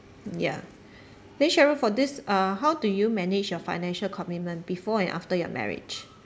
ya then cheryl for this uh how do you manage your financial commitment before and after your marriage